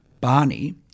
Barney